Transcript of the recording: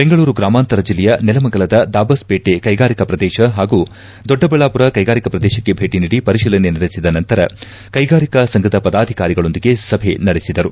ಬೆಂಗಳೂರು ಗ್ರಾಮಾಂತರ ಜಿಲ್ಲೆಯ ನೆಲಮಂಗಲದ ದಾಬಸ್ಪೇಟೆ ಕೈಗಾರಿಕಾ ಪ್ರದೇಶ ಹಾಗೂ ದೊಡ್ಡಬಳ್ಳಾಪುರ ಕೈಗಾರಿಕಾ ಪ್ರದೇಶಕ್ಕೆ ಭೇಟ ನೀಡಿ ಪರಿಶೀಲನೆ ನಡೆಸಿದ ನಂತರ ಕೈಗಾರಿಕಾ ಸಂಘದ ಪದಾಧಿಕಾರಿಗಳೊಡನೆ ಸಭೆ ನಡೆಸಿದರು